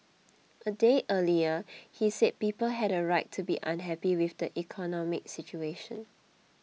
a day earlier he said people had a right to be unhappy with the economic situation